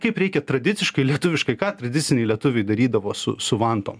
kaip reikia tradiciškai lietuviškai ką tradiciniai lietuviai darydavo su su vantom